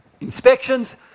inspections